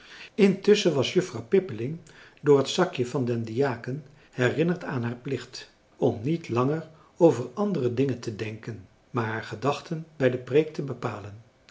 intusschen was juffrouw pippeling door het zakje van den diaken herinnerd aan haar plicht om niet langer over andere dingen te denken maar haar gedachten bij de preek te bepalen